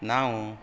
ನಾವು